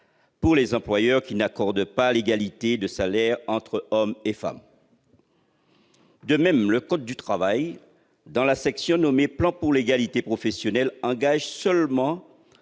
pour les employeurs qui n'accordent pas l'égalité de salaire entre hommes et femmes. De même, le code du travail, dans la section intitulée « Plan pour l'égalité professionnelle » engage seulement